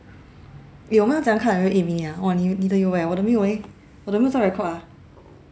eh 我们要怎样看那个 eight minute ah orh 你你的有哦我的没有哦我的没有在 record ah